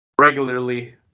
regularly